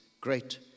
great